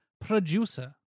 producer